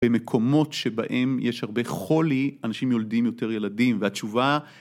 במקומות שבהם יש הרבה חולי, אנשים יולדים יותר ילדים. והתשובה